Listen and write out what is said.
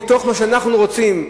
מתוך מה שאנחנו רוצים,